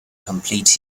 complete